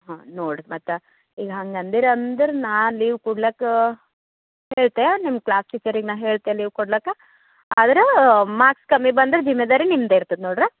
ಹಾಂ ನೋಡಿರಿ ಮತ್ತೆ ಈಗ ಹಂಗೆ ಅಂದೀರಿ ಅಂದ್ರೆ ನಾ ಲೀವ್ ಕೊಡಾಕ್ಕ ಹೇಳ್ತೆ ನಿಮ್ಮ ಕ್ಲಾಸ್ ಟೀಚರಿಗೆ ನಾ ಹೇಳ್ತೆ ಲೀವ್ ಕೊಡಾಕ ಆದ್ರೆ ಮಾರ್ಕ್ಸ್ ಕಮ್ಮಿ ಬಂದ್ರೆ ಜಿಮ್ಮೇದಾರಿ ನಿಮ್ಮದೇ ಇರ್ತದೆ ನೋಡ್ರಿ